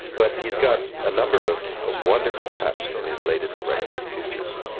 but he's got a number of of wonderful cuts in his latest record, futures,